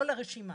לא לרשימה.